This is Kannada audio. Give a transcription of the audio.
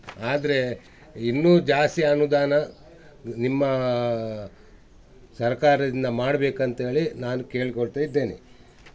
ಆದರೆ ಇನ್ನೂ ಜಾಸ್ತಿ ಅನುದಾನ ನಿಮ್ಮ ಸರ್ಕಾರದಿಂದ ಮಾಡ್ಬೇಕಂತ್ಹೇಳಿ ನಾನು ಕೇಳ್ಕೊಳ್ತಾ ಇದ್ದೇನೆ